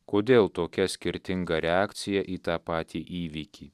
kodėl tokia skirtinga reakcija į tą patį įvykį